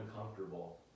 uncomfortable